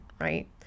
right